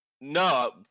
No